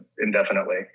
indefinitely